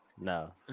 No